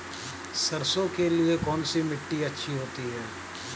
सरसो के लिए कौन सी मिट्टी अच्छी होती है?